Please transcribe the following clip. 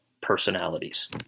personalities